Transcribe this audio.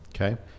Okay